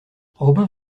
robin